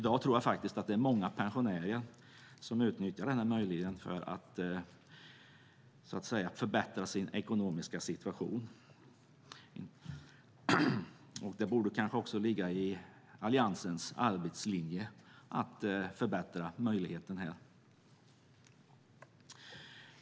Jag tror att många pensionärer i dag utnyttjar den möjligheten för att förbättra sin ekonomiska situation. Det borde kanske även ligga i Alliansens arbetslinje att förbättra den möjligheten.